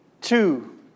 two